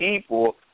people